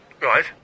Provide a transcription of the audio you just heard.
right